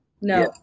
No